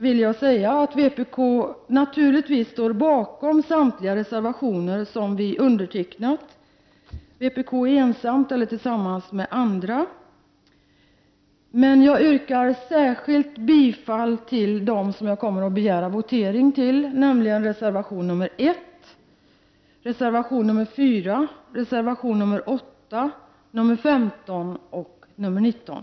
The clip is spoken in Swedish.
Vi i vpk står naturligtvis bakom samtliga reservationer som vi ensamma eller tillsammans med andra partier har undertecknat. Jag vill emellertid endast yrka bifall till de reservationer som jag kommer att begära votering om, nämligen reservationerna 1, 4, 8, 15 och 19.